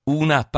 una